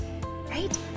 right